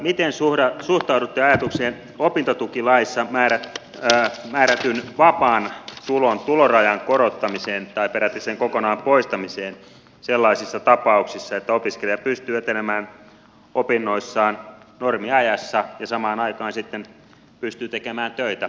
miten suhtaudutte ajatukseen opintotukilaissa määrätystä vapaan tulon tulorajan korottamisesta tai peräti sen kokonaan poistamiseen sellaisissa tapauksissa että opiskelija pystyy etenemään opinnoissaan normiajassa ja samaan aikaan sitten pystyy tekemään töitä